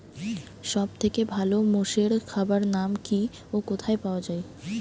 সব থেকে ভালো মোষের খাবার নাম কি ও কোথায় পাওয়া যায়?